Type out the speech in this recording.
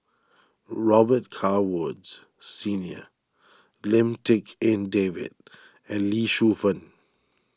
Robet Carr Woods Senior Lim Tik En David and Lee Shu Fen